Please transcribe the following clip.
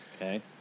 Okay